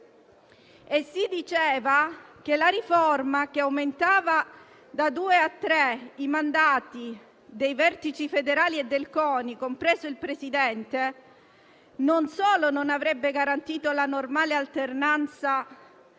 e si diceva che la riforma, che aumentava da due a tre i mandati dei vertici federali e del CONI, compreso il Presidente, non solo non avrebbe garantito la normale alternanza delle